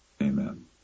amen